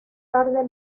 tarde